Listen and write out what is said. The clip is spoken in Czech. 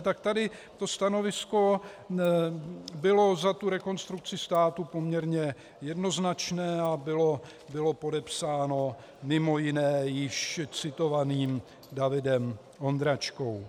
Tak tady to stanovisko bylo za Rekonstrukci státu poměrně jednoznačné a bylo podepsáno mimo jiné již citovaným Davidem Ondráčkou: